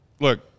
Look